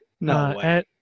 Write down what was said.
No